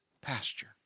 pasture